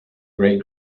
great